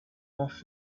off